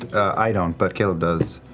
i don't, but caleb does.